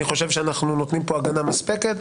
אני חושב שאנחנו נותנים פה הגנה מספקת.